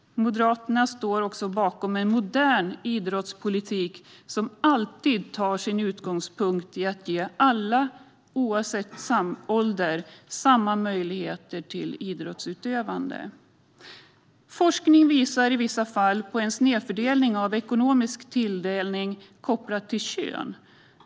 Moderaterna står bakom en modern idrottspolitik som alltid tar sin utgångspunkt i att ge alla oavsett ålder samma möjligheter till idrottsutövande. Forskning visar i vissa fall på en snedfördelning av ekonomisk tilldelning kopplat till kön.